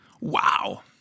Wow